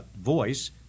voice –